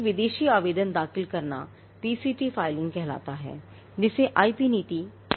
एक विदेशी आवेदन दाखिल करना पीसीटी फाइलिंग कहलाता हैजिसे आईपी नीति में प्रदान किया जाना है